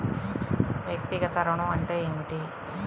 వ్యక్తిగత ఋణం అంటే ఏమిటి?